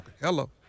hello